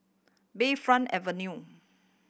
Bayfront Avenue